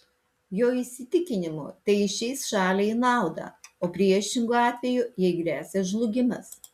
jo įsitikinimu tai išeis šaliai į naudą o priešingu atveju jai gresia žlugimas